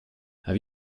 have